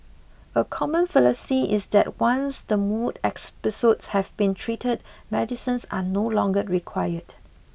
a common fallacy is that once the mood episodes have been treated medicines are no longer required